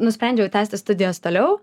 nusprendžiau tęsti studijas toliau